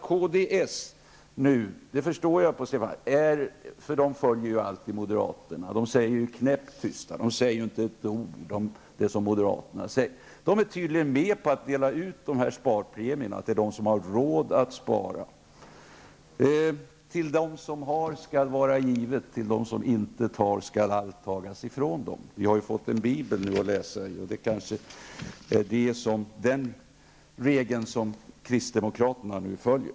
Kds följer alltid moderaterna, är knäpptysta och kommenterar inte ett ord av det moderaterna säger. Kds är tydligen med på att dela ut sparpremier till dem som har råd att spara. Till dem som har skall vara givet, till dem som intet har skall allt tas ifrån. Vi har ju fått en bibel att läsa i, och det är kanske den regeln som kristdemokraterna nu följer.